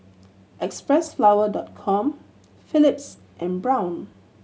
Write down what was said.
Xpressflower Dot Com Philips and Braun